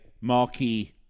marquee